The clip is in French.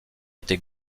était